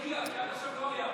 כי עד עכשיו לא היה.